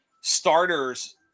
starters